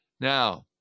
Now